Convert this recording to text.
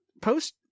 Post